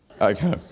Okay